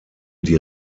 die